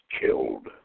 killed